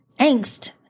angst